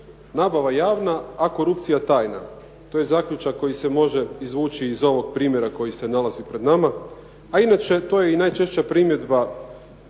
Nabava je javna, a korupcija tajna. To je zaključak koji se može izvući iz ovog primjera koji se nalazi pred nama, a inače to je i najčešća primjedba